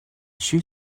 she